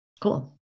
Cool